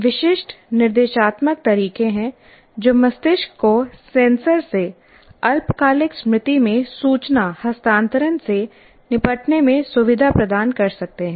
विशिष्ट निर्देशात्मक तरीके हैं जो मस्तिष्क को सेंसर से अल्पकालिक स्मृति में सूचना हस्तांतरण से निपटने में सुविधा प्रदान कर सकते हैं